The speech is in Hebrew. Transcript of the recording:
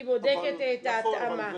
היא בודקת את ההתאמה,